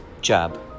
job